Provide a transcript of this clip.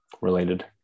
related